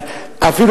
אפילו,